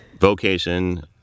vocation